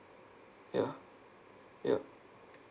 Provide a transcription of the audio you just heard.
ya yup